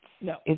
No